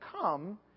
come